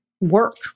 work